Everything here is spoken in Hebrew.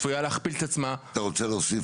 צפויה להכפיל את עצמה --- אתה רוצה להוסיף